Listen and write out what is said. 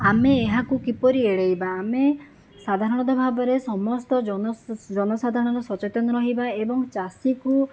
ଆମେ ଏହାକୁ କିପରି ଏଡ଼ାଇବା ଆମେ ସାଧାରଣତଃ ଭାବରେ ସମସ୍ତ ଜନ ଜନସାଧାରଣ ସଚେତନ ରହିବା ଏବଂ ଚାଷୀ କୁ